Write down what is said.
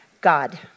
God